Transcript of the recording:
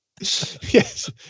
Yes